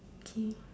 mm